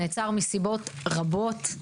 נעצר מסיבות רבות.